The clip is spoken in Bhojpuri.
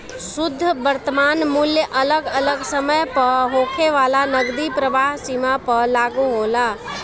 शुद्ध वर्तमान मूल्य अगल अलग समय पअ होखे वाला नगदी प्रवाह सीमा पअ लागू होला